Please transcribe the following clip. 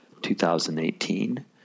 2018